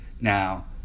Now